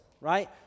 right